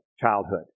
childhood